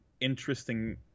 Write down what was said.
interesting